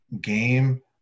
game